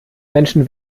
menschen